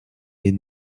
est